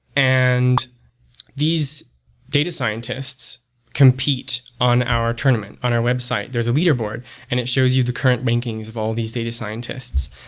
and these data scientists compete on our tournament on our website. there's a leaderboard and it shows you the current rankings of all these data scientists,